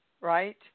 right